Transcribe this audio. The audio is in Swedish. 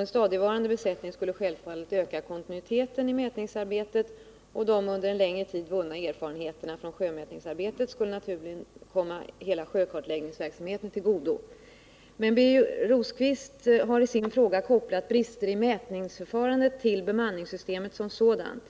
En stadigvarande besättning skulle självfallet öka kontinuiteten i mätningsarbetet, och de under en längre tid vunna erfarenheterna från sjömätningsarbetet skulle naturligen komma hela sjökartläggningsverksamheten till godo. Men Birger Rosqvist har i sin fråga kopplat brister i mätningsförfarandet till bemanningssystemet som sådant.